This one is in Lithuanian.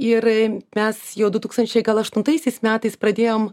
ir mes jau du tūkstančiai gal aštuntaisiais metais pradėjom